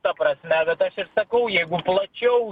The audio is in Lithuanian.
ta prasme bet aš ir sakau jeigu plačiau